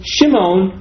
Shimon